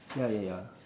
yeah yeah yeah